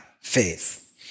faith